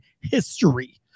history